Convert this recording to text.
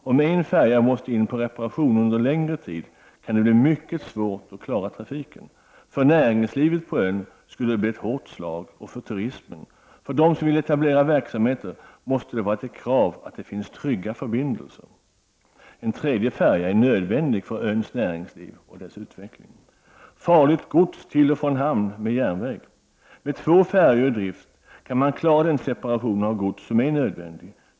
Om en färja måste in på reparation under längre tid, kan det bli mycket svårt att klara trafiken. För näringslivet på ön och för turismen skulle det bli ett hårt slag. För dem som vill etablera verksamheter måste det vara ett krav att det finns trygga förbindelser. En tredje färja är nödvändig för öns näringsliv och dess utveckling. Farligt gods fraktas till och från hamn med järnväg. Med två färjor i drift kan man inte klara den separation av gods som är nödvändig.